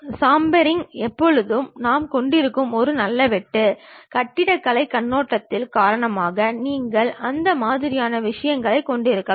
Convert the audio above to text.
chamfering எப்போதுமே நாம் கொண்டிருக்கும் ஒரு நல்ல வெட்டு கட்டடக்கலைக் கண்ணோட்டத்தின் காரணமாக நீங்கள் அந்த மாதிரியான விஷயங்களைக் கொண்டிருக்கலாம்